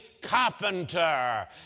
carpenter